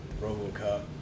RoboCop